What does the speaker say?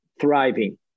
thriving